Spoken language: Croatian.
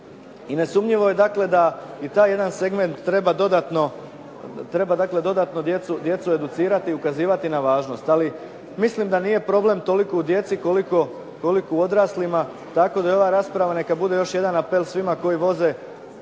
I nesumnjivo je dakle, da i taj jedan segment treba dodatno, treba dakle dodatno djecu educirati i ukazivati na važnost. Ali mislim da nije problem toliko u djeci, koliko u odraslima, tako da ova rasprava neka bude još jedan apel svima koji voze